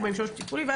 43 פיקודי,